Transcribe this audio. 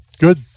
Good